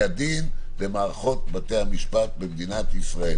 הדין למערכות בתי המשפט במדינת ישראל.